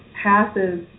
passes